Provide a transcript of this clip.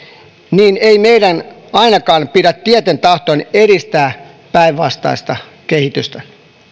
niin ei meidän ainakaan pidä tieten tahtoen edistää päinvastaista kehitystä